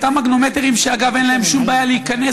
אותם מגנומטרים שאגב אין להם שום בעיה להיכנס